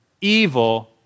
evil